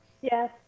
Yes